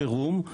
חירום,